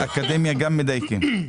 אבל באקדמיה גם מדייקים.